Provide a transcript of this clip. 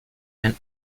and